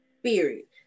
spirit